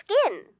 skin